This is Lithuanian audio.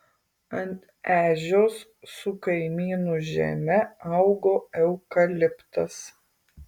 ant ežios su kaimynų žeme augo eukaliptas